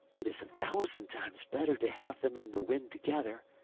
it is a thousand times better to have them and the wind together,